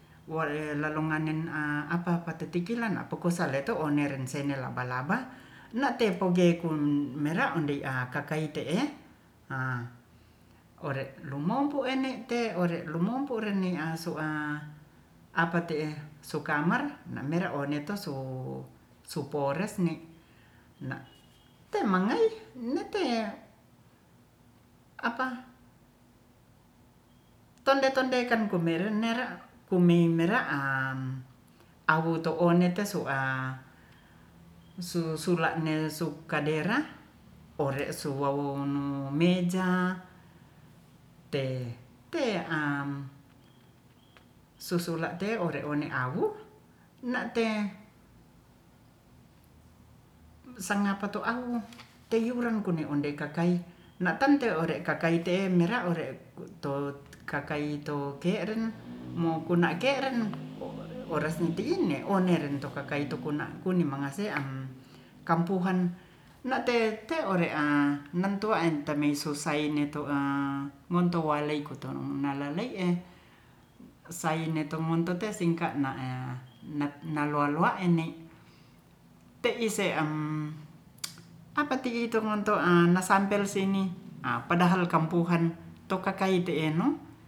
Woe lalunganen a'apa patetiki lan apukasaleto one ren sene laba-laba na'tepokun mera'ondei'a kakaite'e a ore lumompu ene'te ore lumompu reniasu'a apate'e sukamar na'mera onetu su supores ne'na' temangai neteh apa tonde-tondeken kumere nera kumi mera'am awu to'one te su'a su sula'ne sukadera ore'suwawu meja te te'am susulate one-one a'wu na'te sangapato'au tuwuran ne onde kakai na'tante orei kakai te'e mera'ore tu kakai to ke'ren mokuna ke'ren orasni ti'in oneren to kakaito kuna kuni'mangase'an kampuhan na'te te'ore'a mentuwantemeisusaine tu'a monto walei koto nanalei'e saine to ngonto te'singka na'e naloloa eni'teise em apa ti'i tongontoan masampel sini a padahal kampuhan tokakai'te'e nu